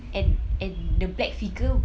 and and the black figure